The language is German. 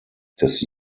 des